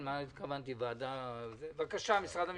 משרד המשפטים,